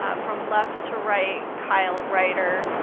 ah from left to right, kyle ryder,